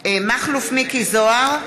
מכלוף מיקי זוהר,